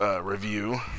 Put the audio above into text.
review